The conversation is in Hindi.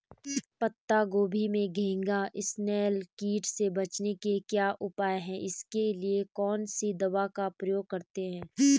पत्ता गोभी में घैंघा इसनैल कीट से बचने के क्या उपाय हैं इसके लिए कौन सी दवा का प्रयोग करते हैं?